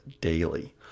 daily